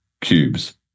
cubes